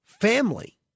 family